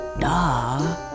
Duh